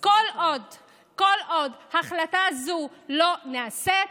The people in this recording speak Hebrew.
כל עוד החלטה זו לא נעשית,